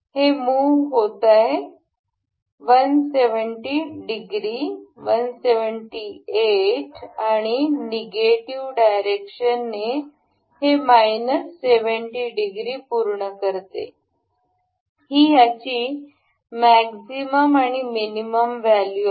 हे मुह होता आहे हे 170 डिग्री 178 डिग्री आणि निगेटिव्ह डायरेक्शनने हे मायनस 70 डिग्री पूर्ण करते ही याची मॅक्झिमम आणि मिनिमम व्हॅल्यू आहे